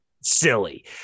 silly